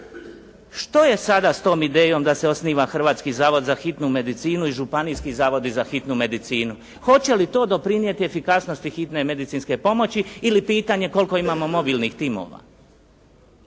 Što je sada s tom idejom da se osniva Hrvatski zavod za hitnu medicinu i Županijski zavodi za hitnu medicinu? Hoće li to doprinijeti efikasnosti hitne medicinske pomoći ili pitanje koliko imamo mobilnih timova?